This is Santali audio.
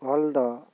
ᱚᱞ ᱫᱚ